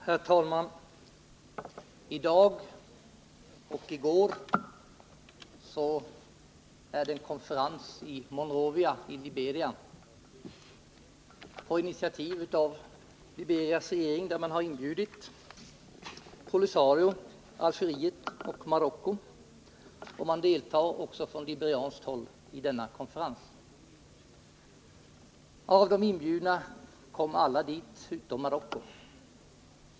Herr talman! I går och i dag pågår en konferens i Monrovia i Liberia på initiativ av dess regering. Till den konferensen har man inbjudit POLISA RIO, Algeriet och Marocko, och man deltar också från liberianskt håll. Av de inbjudna kom alla utom Marocko.